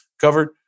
covered